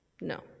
No